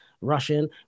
Russian